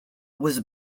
was